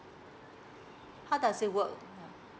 how does it work